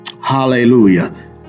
Hallelujah